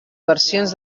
versions